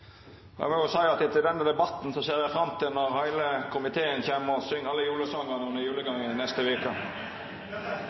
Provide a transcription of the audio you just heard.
minutt. Eg vil òg seia at etter denne debatten ser eg fram til at heile komiteen kjem og syng alle julesongane under